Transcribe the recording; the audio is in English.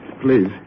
Please